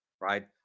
right